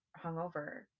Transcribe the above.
hungover